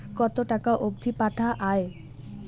কতো টাকা অবধি পাঠা য়ায়?